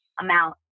amount